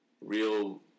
real